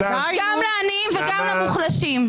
גם לעניים וגם למוחלשים.